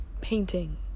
painting